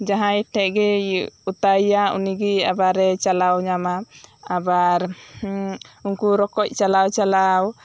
ᱡᱟᱦᱟᱸᱭ ᱴᱷᱮᱡ ᱜᱮ ᱚᱛᱟ ᱤᱭᱟᱹᱜᱼᱟ ᱩᱱᱤ ᱜᱮ ᱟᱵᱟᱨᱮ ᱪᱟᱞᱟᱣ ᱮ ᱧᱟᱢᱟ ᱟᱵᱟᱨ ᱩᱝᱠᱩ ᱨᱚᱠᱚᱡ ᱪᱟᱞᱟᱣ ᱪᱟᱞᱟᱣ